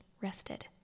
rested